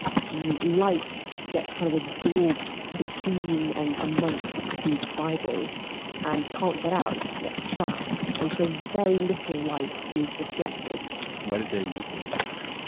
the light gets kind of absorbed between and amongst these fibers and can't get out. it gets trapped, and so very little light is reflected why did they make this substance?